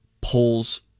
polls